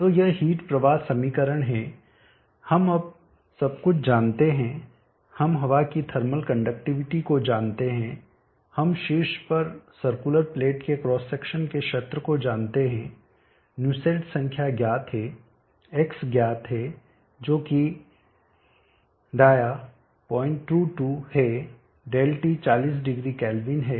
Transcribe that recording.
तो यह हीट प्रवाह समीकरण है हम अब सब कुछ जानते हैं हम हवा की थर्मल कंडक्टिविटी को जानते हैं हम शीर्ष पर सर्कुलर प्लेट के क्रॉस सेक्शन के क्षेत्र को जानते हैं न्यूसेल्ट संख्या ज्ञात है X ज्ञात है जो कि डायआ 022 है ∆T 40 ° K है